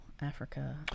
Africa